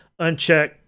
uncheck